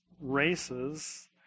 races